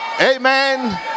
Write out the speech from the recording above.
Amen